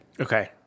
Okay